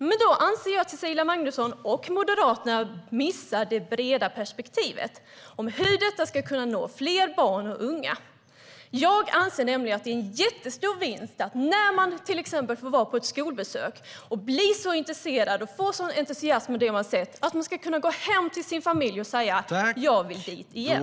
Men då anser jag att Cecilia Magnusson och Moderaterna missar det breda perspektivet, hur vi ska kunna nå fler barn och unga. Jag anser nämligen att det är en jättestor vinst att man, när man får gå på ett skolbesök och blir intresserad och entusiastisk över det man har sett, kan gå hem till sin familj och säga: Jag vill dit igen.